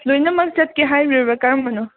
ꯂꯣꯏꯅꯃꯛ ꯆꯠꯀꯦ ꯍꯥꯏꯔꯤꯕ꯭ꯔꯥ ꯀꯔꯝꯕꯅꯣ